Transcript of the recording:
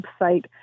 website